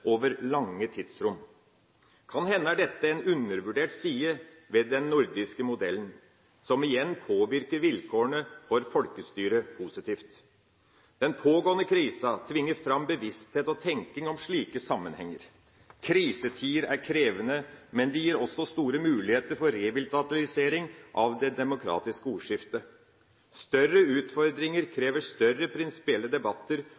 over lange tidsrom. Kan hende er dette en undervurdert side ved den nordiske modellen, som igjen påvirker vilkårene for folkestyre positivt. Den pågående krisa tvinger fram bevissthet og tenkning om slike sammenhenger. Krisetider er krevende, men de gir også store muligheter for revitalisering av det demokratiske ordskiftet. Større utfordringer krever større prinsipielle debatter